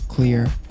Clear